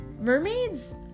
Mermaids